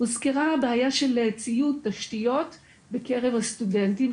הוזכרה הבעיה של ציוד ותשתיות בקרב הסטודנטים,